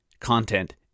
content